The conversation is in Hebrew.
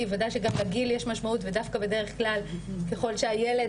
וודאי שגם לגיל יש משמעות ודווקא בדרך כלל ככל שהילד